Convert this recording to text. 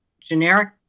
generic